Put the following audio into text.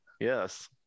Yes